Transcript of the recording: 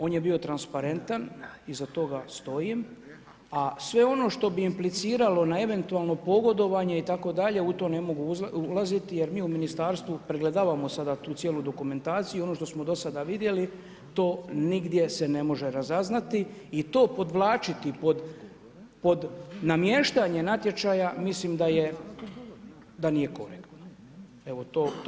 On je bio transparentan, iza toga stojim, a sve ono što bi implicirano na eventualno pogodovanje itd. u to ne mogu ulaziti jer mi u ministarstvu pregledavamo sada tu cijelu dokumentaciju i ono što smo do sada vidjeli to nigdje se ne može razaznati i to podvlačiti pod namještanje natječaja mislim da nije korektno.